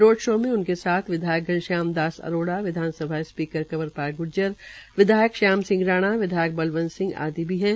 road show मे उनके साथ विधायक घनश्याम दास अरोडा विधान सभा स्पीकर कंवरपाल ग्ज्जर विधायक श्याम सिंह राणा विधायक बलवंत सिंह आदि भी थे